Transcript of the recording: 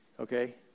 Okay